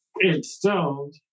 installed